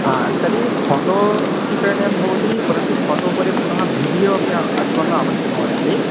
हा तर्हि फ़ोटो स्वीकरणीयं भवति पुनः फ़ोटो उपरि वीडियो अपि अस्माकम् आवश्यकमस्ति